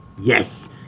Yes